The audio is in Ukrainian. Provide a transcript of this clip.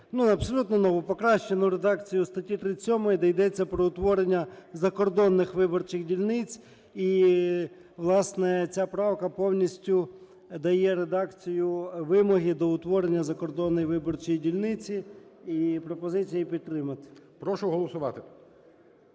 абсолютно нову – покращену редакцію статті 37, де йдеться про утворення закордонних виборчих дільниць. І, власне, ця правка повністю дає редакцію вимоги до утворення закордонної виборчої дільниці. І пропозиція її підтримати. ГОЛОВУЮЧИЙ. Прошу голосувати.